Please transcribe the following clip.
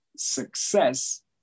success